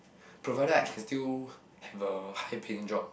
provided I can still have a high paying job